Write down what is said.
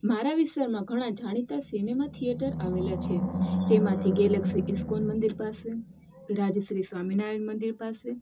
મારા વિસ્તારમાં ઘણાં જાણીતાં સિનેમા થિએટર આવેલાં છે તેમાંથી ગેલેક્સી ઇસ્કોન મંદિર પાસે રાજશ્રી સ્વામિનારાયણ મંદિર પાસે